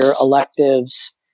electives